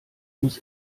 muss